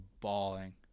bawling